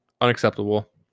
Unacceptable